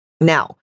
Now